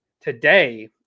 today